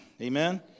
Amen